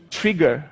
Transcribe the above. trigger